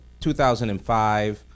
2005